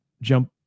jump